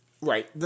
Right